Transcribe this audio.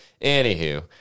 Anywho